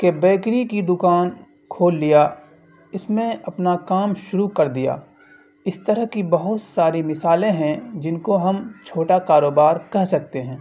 کہ بیکری کی دکان کھول لیا اس میں اپنا کام شروع کر دیا اس طرح کی بہت ساری مثالیں ہیں جن کو ہم چھوٹا کاروبار کہہ سکتے ہیں